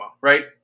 right